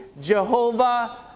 Jehovah